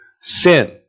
sin